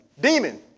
demon